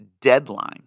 deadline